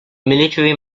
military